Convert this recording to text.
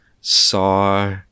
saw